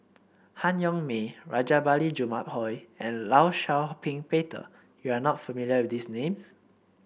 Han Yong May Rajabali Jumabhoy and Law Shau Ping Peter you are not familiar with these names